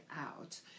out